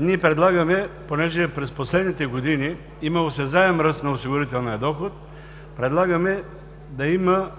на инфлацията. Понеже през последните години има осезаем ръст на осигурителния доход ние предлагаме да има